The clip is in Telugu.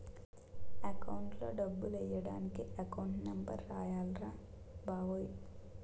అకౌంట్లో డబ్బులెయ్యడానికి ఎకౌంటు నెంబర్ రాయాల్రా బావో